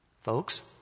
Folks